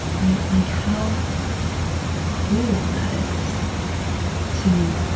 right. like how cruel that is to,